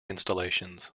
installations